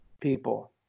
people